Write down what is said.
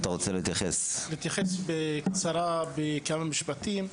חבר הכנסת עטאונה, בבקשה.